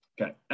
Okay